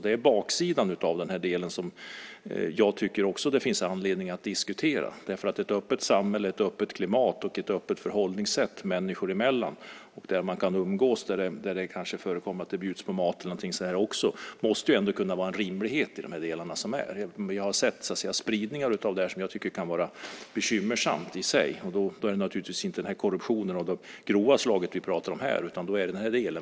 Det är baksidan av detta som jag tycker att det finns anledning att diskutera. Ett öppet samhälle, ett öppet klimat och ett öppet förhållningssätt människor emellan där man kan umgås och där det kanske förekommer att det bjuds på mat måste vara rimligt. Jag har sett spridningar av detta som jag tycker kan vara bekymmersamma i sig. Då är det inte korruption av det grova slaget som vi talar om här.